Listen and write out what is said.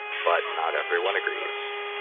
but not everyone agrees.